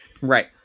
Right